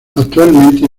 actualmente